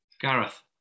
Gareth